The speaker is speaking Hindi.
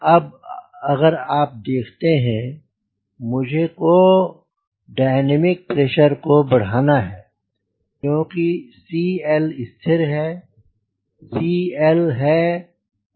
अब अगर आप देखते हैं मुझे को डायनामिक प्रेशर को बढ़ाना है क्योंकि CL स्थिर है CL हैCD0K